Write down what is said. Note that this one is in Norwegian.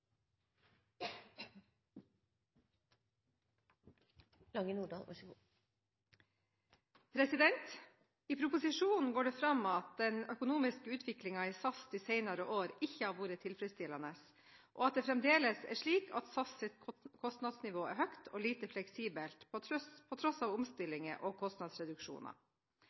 I proposisjonen går det fram at den økonomiske utviklingen i SAS de senere årene ikke har vært tilfredsstillende, og at det fremdeles er slik at kostnadsnivået i SAS er høyt og lite fleksibelt, på tross av omstillinger og